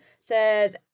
says